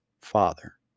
Father